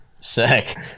sick